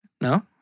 No